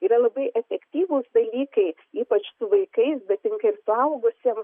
yra labai efektyvūs dalykai ypač su vaikais bet tinka ir suaugusiem